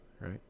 right